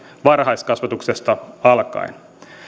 varhaiskasvatuksesta alkaen